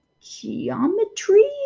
geometry